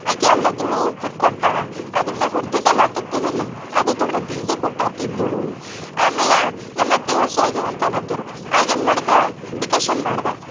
ಆಕಿ ಅಳ್ಳತ್ತಳು ಉಪ್ಪಿಟ್ಟು ಕೊಟ್ಟು ಅದನ್ನು ಹುರ್ದಿದಲ್ಲ ತುಪ್ಪದಲ್ಲಿ ಅದು ತೋಡೆ ಪೀಸಾ ಕೊಟ್ಟ ತಿಂದಳು ಆಮ್ಯಾಲ ನಮ್ಮ ಅತ್ತೆ ಹಸುವ್ ಆಗ್ಯಾವ ಅಂತ ಅಳತ್ತಿರು ಆಗೇನು ಮಾಡ್ದಾ ಡಿಕಶನ್ ಮಾಡ್ದ